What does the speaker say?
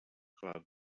club